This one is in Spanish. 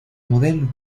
modelo